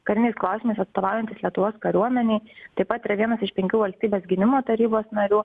kariniais klausimais atstovaujantis lietuvos kariuomenei taip pat yra vienas iš penkių valstybės gynimo tarybos narių